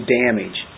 damage